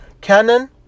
canon